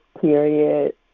period